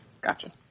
Gotcha